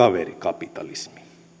capitalism